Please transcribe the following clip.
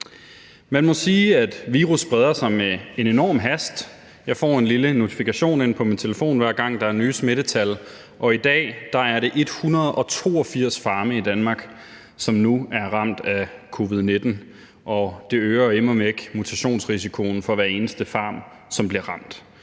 Man må sige, at virus spreder sig med enorm hast. Jeg får en lille notifikation ind på min telefon, hver gang der er nye smittetal, og i dag er det 182 farme i Danmark, som nu er ramt af covid-19, og det øger immer væk mutationsrisikoen for hver eneste farm, som bliver ramt.